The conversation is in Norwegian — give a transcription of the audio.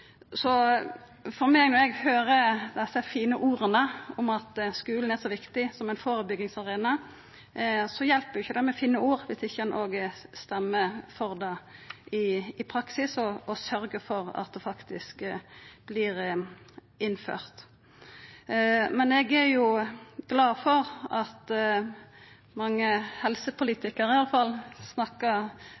For meg, når eg høyrer dei fine orda om at skulen er så viktig som førebyggingsarena, hjelper det ikkje med fine ord viss ein ikkje òg stemmer for det i praksis – og syter for at det faktisk vert innført. Men eg er glad for at iallfall mange helsepolitikarar snakkar veldig bra om det viktige som skjer i